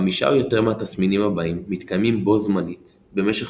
חמישה או יותר מהתסמינים הבאים מתקיימים בו זמנית במשך